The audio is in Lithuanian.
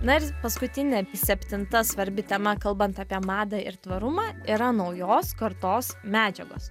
na ir paskutinė septinta svarbi tema kalbant apie madą ir tvarumą yra naujos kartos medžiagos